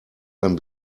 ein